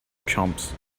chumps